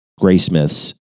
Graysmith's